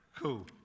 cool